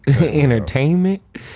entertainment